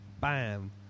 bam